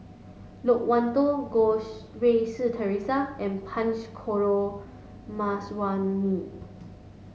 Loke Wan Tho Goh Rui Si Theresa and Punch Coomaraswamy